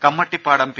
Kammattipadam P